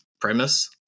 premise